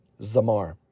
Zamar